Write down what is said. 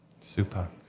super